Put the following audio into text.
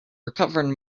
recovered